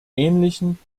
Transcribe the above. ähnlichen